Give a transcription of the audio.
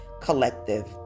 collective